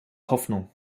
hoffnung